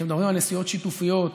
כשמדברים על נסיעות שיתופיות,